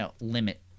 limit